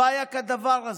לא היה כדבר הזה,